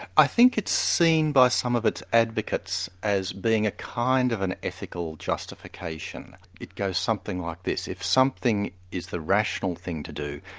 i think it's seen by some of its advocates as being a kind of an ethical justification. it goes something like this. if something is the rational thing to do,